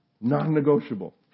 non-negotiable